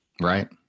Right